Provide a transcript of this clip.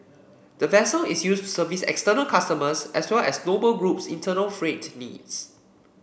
the vessel is used to service external customers as well as Noble Group's internal freight needs